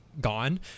gone